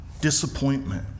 disappointment